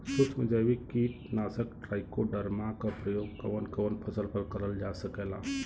सुक्ष्म जैविक कीट नाशक ट्राइकोडर्मा क प्रयोग कवन कवन फसल पर करल जा सकेला?